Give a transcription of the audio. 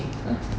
uh